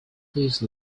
please